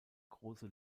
große